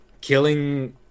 killing